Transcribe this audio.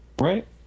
right